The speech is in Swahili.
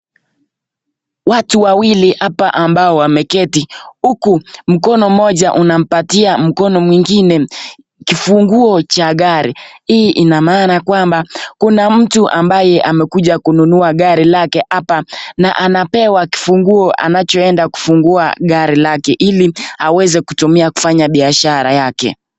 Watu wawili hapa ambao wameketi huku mkono mmoja unampatia mkono mwingine kifunguo cha gari. Hii ina maana kwamba kuna mtu ambaye amekuja kununua gari lake hapa na anapewa kifunguo anachoenda kufungua gari lake ili aweze kutumia kufanya biashara yake.